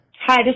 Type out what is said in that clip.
Hi